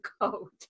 coat